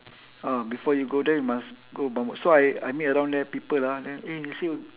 ah before you go there you must go bumboat so I I meet around there people ah then eh they say